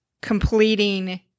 completing